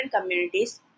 communities